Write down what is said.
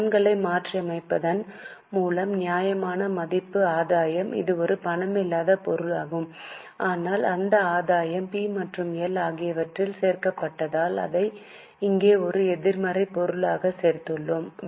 கடன்களை மாற்றியமைப்பதன் மூலம் நியாயமான மதிப்பு ஆதாயம் இது ஒரு பணமில்லாத பொருளாகும் ஆனால் அந்த ஆதாயம் பி மற்றும் எல் ஆகியவற்றில் சேர்க்கப்பட்டதால் அதை இங்கே ஒரு எதிர்மறை பொருளாக சேர்த்துள்ளோம்